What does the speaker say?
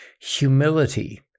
Humility